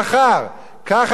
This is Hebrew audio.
כך הצבא הישראלי,